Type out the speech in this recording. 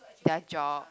their job